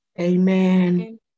Amen